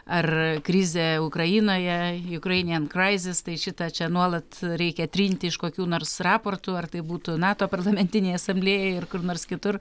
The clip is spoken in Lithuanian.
ar krizė ukrainoje ukrainen kraizis tai šitą čia nuolat reikia trinti iš kokių nors raportų ar tai būtų nato parlamentinė asamblėja ir kur nors kitur